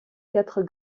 quatre